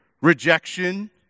rejection